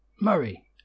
Murray